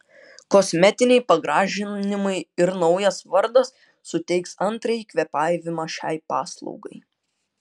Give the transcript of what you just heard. kosmetiniai pagražinimai ir naujas vardas suteiks antrąjį kvėpavimą šiai paslaugai